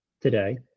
today